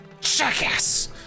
jackass